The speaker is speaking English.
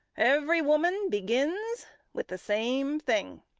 every woman begins with the same thing.